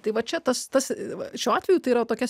tai va čia tas tas va šiuo atveju tai yra tokia